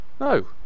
No